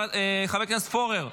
חבר הכנסת פורר.